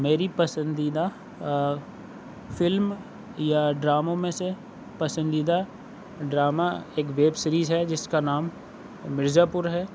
میری پسندیدہ فلم یا ڈراموں میں سے پسندیدہ ڈرامہ ایک ویب سیریز ہے جس کا نام مرزا پور ہے